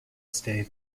stay